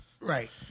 Right